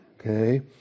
okay